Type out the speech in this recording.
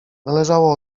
należało